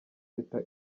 teta